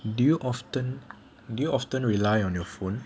do you often do you often rely on your phone